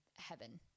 heaven